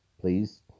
please